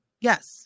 Yes